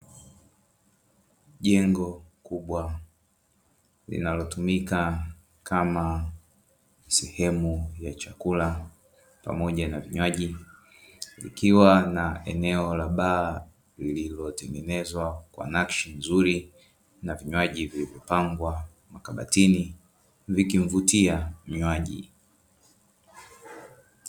Jengo kubwa linalotumika kama sehemu ya chakula pamoja na vinywaji, likiwa na eneo la baa iliyotengenezwa kwa nakshi nzuri na vinywaji vilivopangwa kabatini vikimvutia mnywaji.